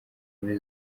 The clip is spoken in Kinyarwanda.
muri